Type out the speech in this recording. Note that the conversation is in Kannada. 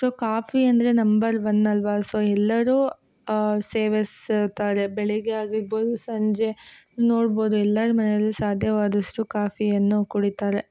ಸೊ ಕಾಫಿ ಅಂದರೆ ನಂಬಲ್ ಒನ್ ಅಲ್ಲವಾ ಸೊ ಎಲ್ಲರೂ ಸೇವಿಸುತ್ತಾರೆ ಬೆಳಗ್ಗೆ ಆಗಿರ್ಬೋದು ಸಂಜೆ ನೋಡ್ಬೋದು ಎಲ್ಲಾರ ಮನೇಲಿ ಸಾಧ್ಯವಾದಷ್ಟು ಕಾಫಿಯನ್ನು ಕುಡಿತಾರೆ